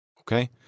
okay